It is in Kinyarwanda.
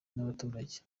n’abaturage